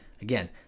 again